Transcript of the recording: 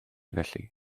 felly